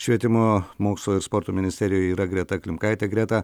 švietimo mokslo ir sporto ministerijoje yra greta klimkaitė greta